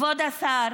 כבוד השר,